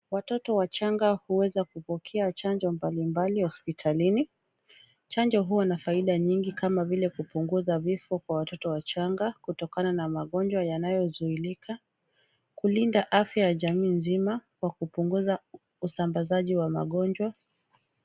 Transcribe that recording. Watoto wachanga huweza kupokea chanjo mbalimbali hospitalini, chanjo huwa na faida nyingi kama vile kupunguza vifo kwa watoto wachanga kutokana na magonjwa yanayozuilika, kulinda afya ya jamii nzima kwa kupunguza usambazaji wa magonjwa.